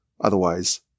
Otherwise